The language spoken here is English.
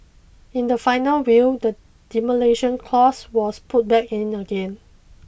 in the final will the demolition clause was put back in again